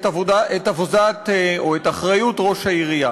העבודה או את האחריות של ראש העירייה.